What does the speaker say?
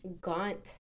gaunt